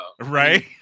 Right